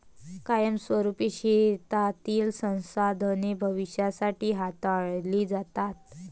कायमस्वरुपी शेतीतील संसाधने भविष्यासाठी हाताळली जातात